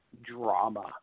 drama